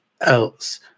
else